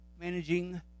managing